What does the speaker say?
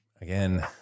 Again